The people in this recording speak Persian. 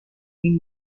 این